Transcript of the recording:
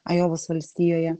ajovos valstijoje